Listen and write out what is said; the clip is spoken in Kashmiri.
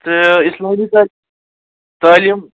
تہٕ اِسلٲمی تہٕ تٲلیٖم